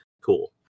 cool